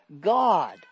God